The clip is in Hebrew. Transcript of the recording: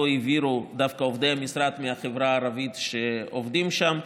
שאותו העבירו עובדי המשרד מהחברה הערבית שעובדים שם.